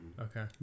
okay